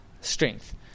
strength